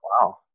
Wow